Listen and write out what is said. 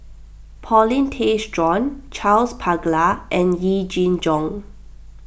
Paulin Tay Straughan Charles Paglar and Yee Jenn Jong